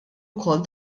wkoll